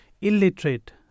illiterate